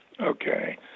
Okay